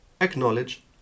acknowledge